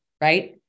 right